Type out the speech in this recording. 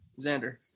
Xander